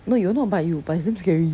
no it will not bite you but it's damn scary